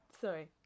Sorry